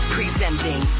Presenting